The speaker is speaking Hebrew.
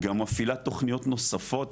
גם מפעילה תכניות נוספות,